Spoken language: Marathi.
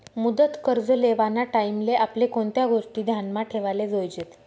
मुदत कर्ज लेवाना टाईमले आपले कोणत्या गोष्टी ध्यानमा ठेवाले जोयजेत